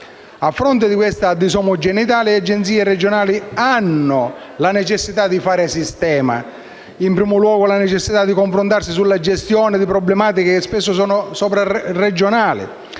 A fronte di questa disomogeneità, le Agenzie regionali hanno necessità di fare sistema. In primo luogo, hanno necessità di confrontarsi sulla gestione di problematiche che spesso sono sovraregionali